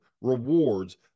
rewards